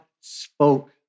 spoke